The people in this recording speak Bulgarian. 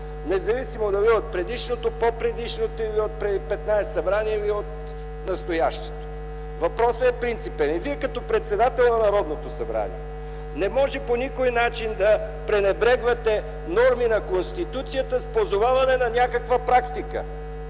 независимо дали от предишното, от по-предишното или отпреди 15 събрания, или от настоящото. Въпросът е принципен и Вие като председател на Народното събрание не може по никой начин да пренебрегвате норми на Конституцията с позоваване на някаква практика,